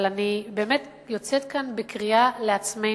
אבל אני באמת יוצאת כאן בקריאה לעצמנו,